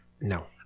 No